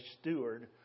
steward